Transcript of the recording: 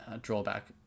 drawback